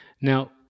Now